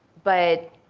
but